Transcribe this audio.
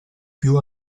più